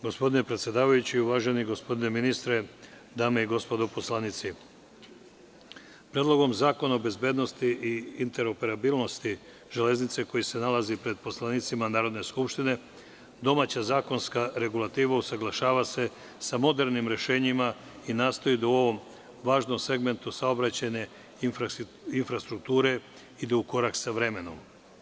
Gospodine predsedavajući, uvaženi gospodine ministre, dame i gospodo poslanici, Predlogom zakona o bezbednosti i interoperabilnosti železnice koji se nalazi pred poslanicima Narodne skupštine, domaća zakonska regulativa usaglašava se sa modernim rešenjima i nastoji da u ovom važnom segmentu saobraćajne infrastrukture ide u korak sa vremenom.